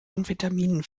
amphetaminen